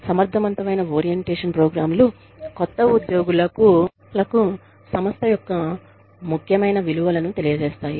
సమర్థవంతమైన orientation programme లు కొత్త ఉద్యోగులకు సంస్థ యొక్క ముఖ్యమైన విలువలను తెలియజేస్తాయి